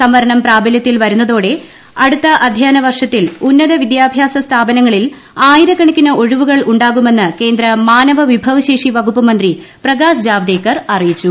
സംവരണം പ്രാബല്യത്തിൽ വരുന്നതോടെ അടുത്ത അധ്യയന വർഷത്തിൽ ഉന്നത വിദ്യാഭ്യാസ സ്ഥാപനങ്ങളിൽ ആയിരക്കണക്കിന് ഒഴിവുകൾ ഉണ്ടാകുമെന്ന് കേന്ദ്ര മാനവ വിഭവശേഷി വകുപ്പ് മന്ത്രി പ്രകാശ്ശ് ജാവ്ദേക്കർ അറിയിച്ചു